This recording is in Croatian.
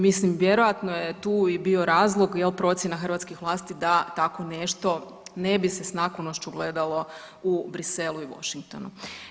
Mislim vjerojatno je tu i bio razlog jel procjena hrvatskih vlasti da tako nešto ne bi se s naklonošću gledalo u Bruxellesu i Washingotnu.